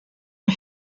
une